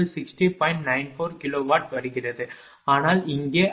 94 kilowatt வருகிறது ஆனால் இங்கே அது 57